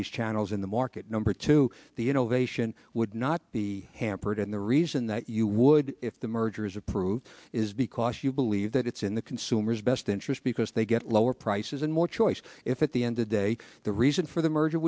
these channels in the market number two the innovation would not be hampered and the reason that you would if the merger is approved is because you believe that it's in the consumer's best interest because they get lower prices and more choice if at the end of day the reason for the merge